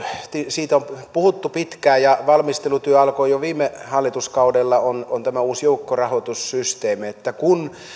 siitä on puhuttu pitkään ja valmistelutyö alkoi jo viime hallituskaudella on on tämä uusi joukkorahoitussysteemi kun